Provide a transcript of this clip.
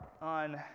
on